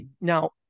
now